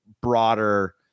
broader